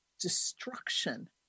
destruction